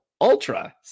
Ultra